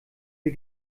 wir